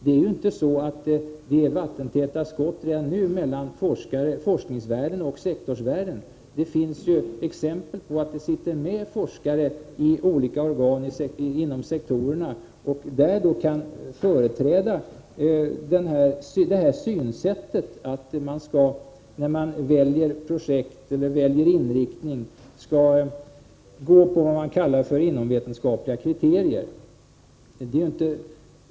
Det är ju inte vattentäta skott mellan forskningsvärlden och sektorsvärlden. Det sitter t.ex. med forskare i olika organ inom sektorerna. De kan där företräda synsättet att man vid val av projekt eller inriktning skall gå på s.k. inomvetenskapliga kriterier.